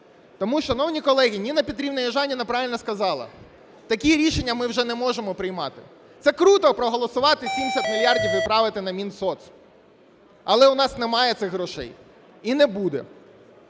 Тому, шановні колеги, Ніна Петрівна Южаніна правильно сказала, такі рішення ми вже не можемо приймати. Це круто - проголосувати 70 мільярдів направити на Мінсоц. Але у нас немає цих грошей і не буде.